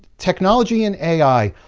technology and ai